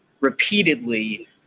repeatedly